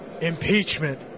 impeachment